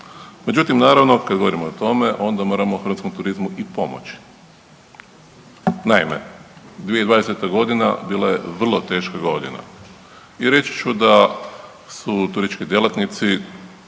Međutim, naravno kada govorimo o tome onda moramo hrvatskom turizmu i pomoći. Naime, 2020.g. bila je vrlo teška godina i reći ću da su turistički djelatnici